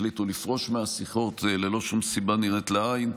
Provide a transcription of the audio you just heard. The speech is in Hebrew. החליטו לפרוש מהשיחות ללא שום סיבה נראית לעין,